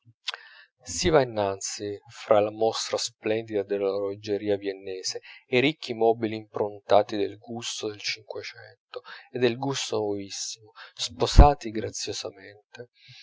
si va innanzi fra la mostra splendida dell'orologeria viennese e i ricchi mobili improntati del gusto del cinquecento e del gusto nuovissimo sposati graziosamente